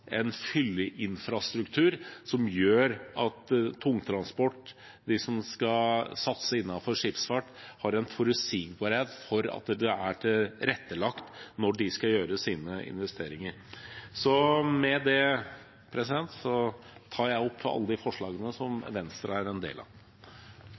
en fylleinfrastruktur som gjør at tungtransport og de som skal satse innenfor skipsfart, har en forutsigbarhet for at det er tilrettelagt når de skal gjøre sine investeringer. Aller først synes jeg det